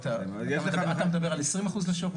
אם הוא יוציא תעודת כשרות שמבוססת על תקן כשרות של שלושה